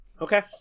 Okay